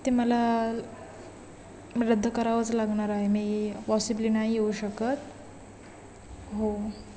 ते मला रद्द करावंच लागणार आहे मी पॉसिबली नाही येऊ शकत हो